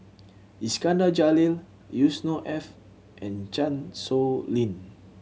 Iskandar Jalil Yusnor Ef and Chan Sow Lin